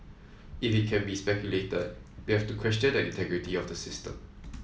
if it can be speculated we have to question the integrity of the system